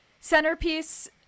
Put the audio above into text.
centerpiece